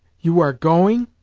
you are going